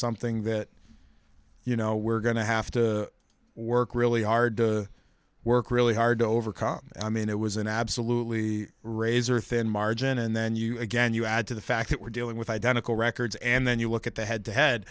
something that you know we're going to have to work really hard to work really hard to overcome i mean it was an absolutely razor thin margin and then you again you add to the fact that we're dealing with identical records and then you look at the head to